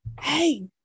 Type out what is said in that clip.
hey